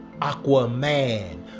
Aquaman